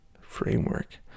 framework